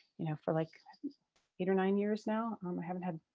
you know, for like eight or nine years now. um i haven't had,